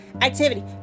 Activity